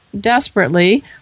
desperately